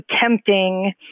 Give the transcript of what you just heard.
tempting